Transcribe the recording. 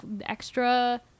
extra